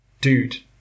dude